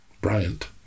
Bryant